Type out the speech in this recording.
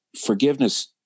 Forgiveness